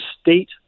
state